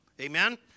Amen